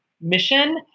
mission